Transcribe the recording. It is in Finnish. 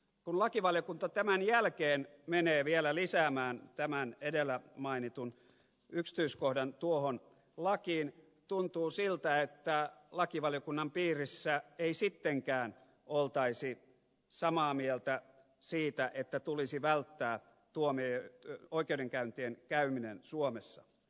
kun lakivaliokunta tämän jälkeen menee vielä lisäämään tämän edellä mainitun yksityiskohdan tuohon lakiin tuntuu siltä että lakivaliokunnan piirissä ei sittenkään oltaisi samaa mieltä siitä että tulisi välttää oikeudenkäyntien käyminen suomessa